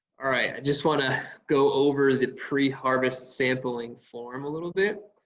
all right, i just want to go over the pre-harvest sampling form a little bit.